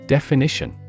Definition